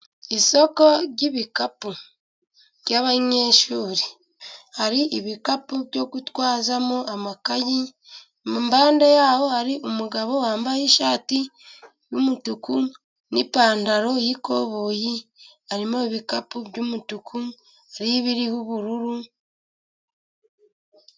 Isoko ry'ibikapu by'abanyeshuri hari ibikapu byo gutwazamo amakayi, mu mpande y'aho hari umugabo wambaye ishati y'umutuku n'ipantaro y'ikoboyi, harimo ibikapu by'umutuku ,hariho ibiririho ubururu...